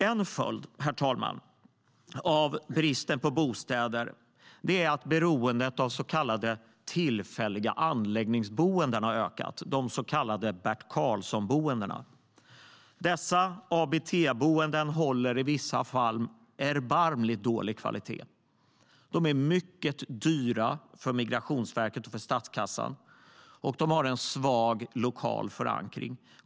En följd av bristen på bostäder är att beroendet av tillfälliga anläggningsboenden, så kallade Bert Karlsson-boenden, har ökat. Dessa ABT-boenden håller i vissa fall erbarmligt dålig kvalitet. De är mycket dyra för Migrationsverket och statskassan. Och de har svag lokal förankring.